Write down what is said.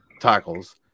tackles